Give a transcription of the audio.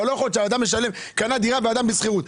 אדם קנה דירה ואדם בשכירות,